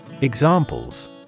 Examples